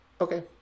okay